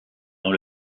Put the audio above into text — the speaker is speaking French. dans